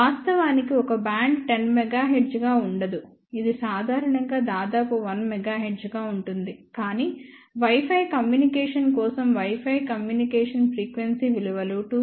వాస్తవానికి ఒక band 10 MHz గా ఉండదు ఇది సాధారణంగా దాదాపు 1 MHz గా ఉంటుంది కానీ Wi Fi కమ్యూనికేషన్ కోసం Wi Fi కమ్యూనికేషన్ ఫ్రీక్వెన్సీ విలువలు 2